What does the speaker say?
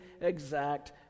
exact